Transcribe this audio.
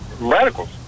radicals